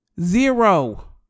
zero